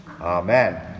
Amen